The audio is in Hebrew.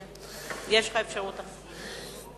ייבנו בשנים 2007 2011 8,000 כיתות,